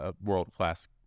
world-class